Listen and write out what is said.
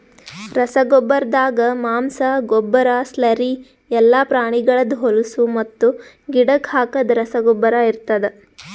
ರಸಗೊಬ್ಬರ್ದಾಗ ಮಾಂಸ, ಗೊಬ್ಬರ, ಸ್ಲರಿ ಎಲ್ಲಾ ಪ್ರಾಣಿಗಳ್ದ್ ಹೊಲುಸು ಮತ್ತು ಗಿಡಕ್ ಹಾಕದ್ ರಸಗೊಬ್ಬರ ಇರ್ತಾದ್